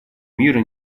мира